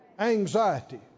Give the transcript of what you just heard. Anxiety